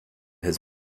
his